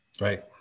Right